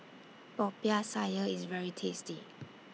Popiah Sayur IS very tasty